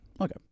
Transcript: Okay